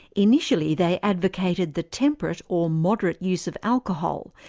initially they advocated the temperate or moderate use of alcohol,